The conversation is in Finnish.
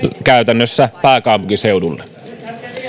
käytännössä pääkaupunkiseudulle